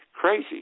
crazy